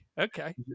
okay